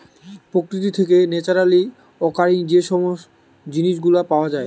প্রকৃতি থেকে naturally occurring যে সব জিনিস গুলা পাওয়া যায়